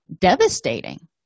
devastating